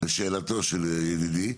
לשאלתו של ידידי,